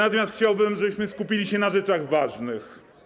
Natomiast ja chciałbym, żebyśmy skupili się na rzeczach ważnych.